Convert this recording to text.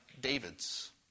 David's